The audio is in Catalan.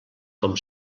com